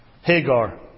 Hagar